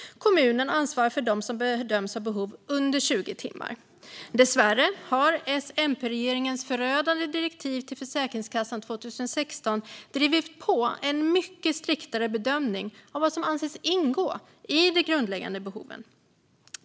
Kommunen ansvarar för dem som bedöms ha behov under 20 timmar. Dessvärre har S-MP-regeringens förödande direktiv till Försäkringskassan 2016 drivit på en mycket striktare bedömning av vad som anses ingå i de grundläggande behoven.